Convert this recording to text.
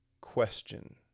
question